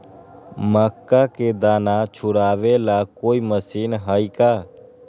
मक्का के दाना छुराबे ला कोई मशीन हई का?